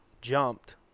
jumped